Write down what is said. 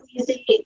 easy